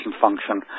function